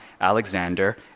Alexander